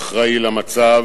אחראי למצב.